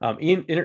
Ian